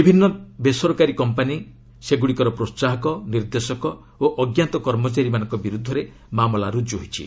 ବିଭିନ୍ନ ବେସରକାରୀ କମ୍ପାନୀ ସେଗୁଡ଼ିକର ପ୍ରୋହାହକ ନିର୍ଦ୍ଦେଶକ ଓ ଅଜ୍ଞାତ କର୍ମଚାରୀମାନଙ୍କ ବିରୁଦ୍ଧରେ ମାମଲା ରୁଜୁ ହୋଇଛି